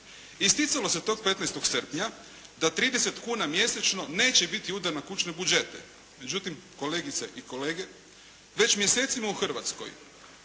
Isticalo se tog 15. srpnja da 30 kuna mjesečno neće biti udar na kućne budžete. Međutim kolegice i kolege, već mjesecima u Hrvatskoj